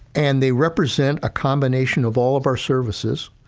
and they represent a combination of all of our services,